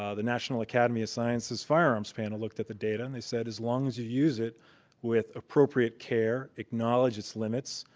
um the national academy of sciences firearms panel looked at the data, and they said as long as you use it with appropriate care, acknowledge its limits,